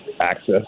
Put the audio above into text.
access